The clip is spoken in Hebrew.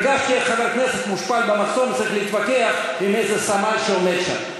הרגשתי איך חבר כנסת מושפל במחסום וצריך להתווכח עם איזה סמל שעומד שם.